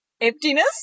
Emptiness